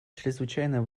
чрезвычайно